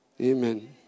Amen